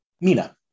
Mina